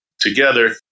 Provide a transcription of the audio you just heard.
together